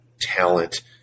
talent